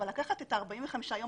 אבל לקחת עכשיו את ה-45 ימים